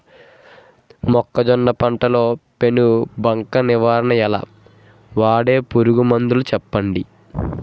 మొక్కజొన్న లో పెను బంక నివారణ ఎలా? వాడే పురుగు మందులు చెప్పండి?